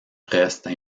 restent